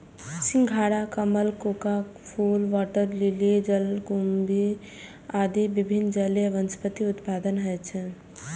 सिंघाड़ा, कमल, कोका फूल, वाटर लिली, जलकुंभी आदि विभिन्न जलीय वनस्पतिक उत्पादन होइ छै